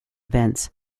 events